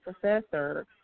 professor